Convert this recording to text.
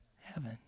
heaven